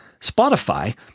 Spotify